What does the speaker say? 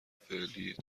فعلی